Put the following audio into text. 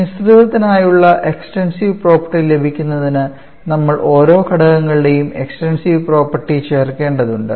മിശ്രിതത്തിനായുള്ള extensive property ലഭിക്കുന്നതിന് നമ്മൾ ഓരോ ഘടകങ്ങളുടെയും എക്സ്ടെൻസീവ് പ്രോപ്പർട്ടി ചേർക്കേണ്ടതുണ്ട്